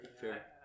Fair